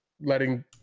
letting